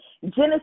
Genesis